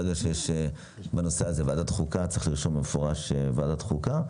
ברגע שיש ועדת חוקה, צריך לרשום במפורש ועדת חוקה.